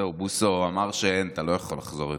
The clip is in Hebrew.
זהו, בוסו אמר שאין, אתה לא יכול לחזור יותר.